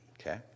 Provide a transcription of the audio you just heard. Okay